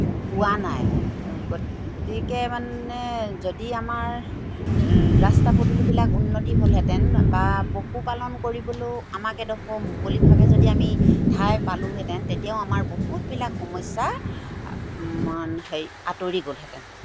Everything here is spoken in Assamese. পোৱা নাই গতিকে মানে যদি আমাৰ ৰাস্তা পদূলিবিলাক উন্নতি হ'লহেঁতেন বা পশুপালন কৰিবলৈও আমাক এডোখৰ মুকলিভাৱে যদি আমি ঠাই পালোঁহেঁতেন তেতিয়াও আমাৰ বহুতবিলাক সমস্যাৰ হেৰি আঁতৰি গ'লহেঁতেন